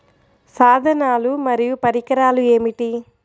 సాధనాలు మరియు పరికరాలు ఏమిటీ?